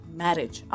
marriage